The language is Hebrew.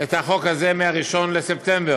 את החוק הזה מ-1 בספטמבר,